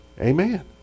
Amen